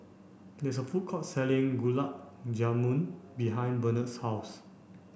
there is a food court selling Gulab Jamun behind Benard's house